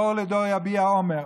דור לדור יביע אומר.